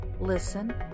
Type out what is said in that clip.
listen